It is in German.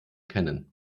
kennen